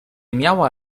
miała